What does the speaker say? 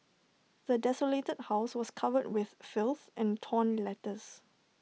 the desolated house was covered with filth and torn letters